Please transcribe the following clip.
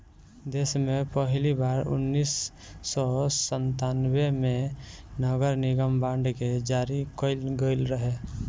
देस में पहिली बार उन्नीस सौ संतान्बे में नगरनिगम बांड के जारी कईल गईल रहे